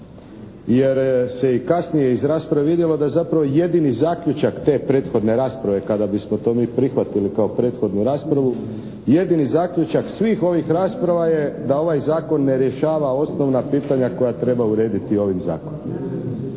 jer se i kasnije iz rasprave vidjelo da zapravo jedini zaključak te prethodne rasprave kada bismo to mi prihvatili kao prethodnu raspravu, jedini zaključak svih ovih rasprava je da ovaj zakon ne rješava osnovna pitanja koja treba urediti ovim zakonom